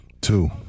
Two